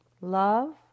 love